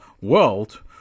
world